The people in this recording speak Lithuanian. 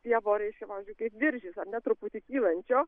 stiebo reiškia pavyzdžiui kaip viržis truputį kylančio